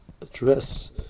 address